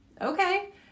Okay